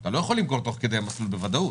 אתה לא יכול למכור תוך כדי המסלול בוודאות.